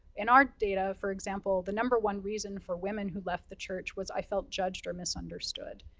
in our data, for example, the number one reason for women who left the church, was i felt judged or misunderstood.